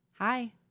Hi